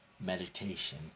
meditation